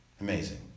Amazing